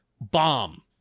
bomb